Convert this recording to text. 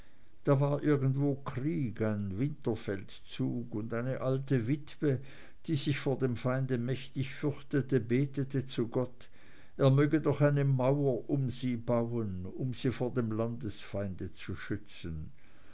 da war irgendwo krieg ein winterfeldzug und eine alte witwe die sich vor dem feinde mächtig fürchtete betete zu gott er möge doch eine mauer um sie bauen um sie vor dem landesfeinde zu schützen